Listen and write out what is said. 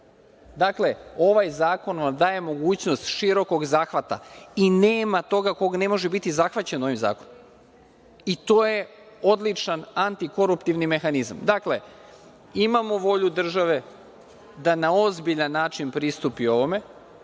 ovaj zakon nam daje mogućnost širokog zahvata i nema toga ko ne može biti zahvaćen ovim zakonom. To je odličan antikoruptivni mehanizam. Dakle, imamo volju države da na ozbiljan način pristupi ovome.